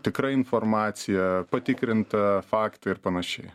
tikra informacija patikrinta faktai ir panašiai